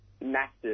massive